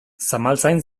zamaltzain